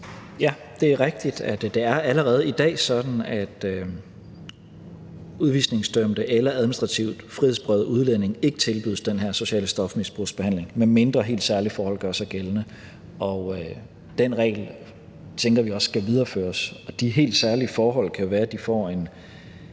Det er rigtigt, at det allerede i dag er sådan, at udvisningsdømte eller administrativt frihedsberøvede udlændinge ikke tilbydes social stofmisbrugsbehandling, medmindre helt særlige forhold gør sig gældende. Den regel tænker vi også skal videreføres, og de helt særlige forhold kan være, at nogen får en